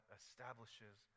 establishes